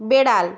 বেড়াল